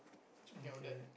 speaking of that